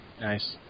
Nice